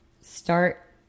start